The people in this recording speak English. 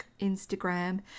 Instagram